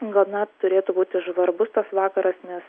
gana turėtų būti žvarbus tas vakaras nes